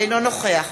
אינו נוכח